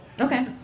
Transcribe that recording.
Okay